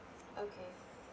okay